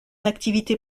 activité